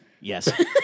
Yes